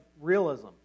realism